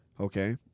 okay